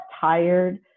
tired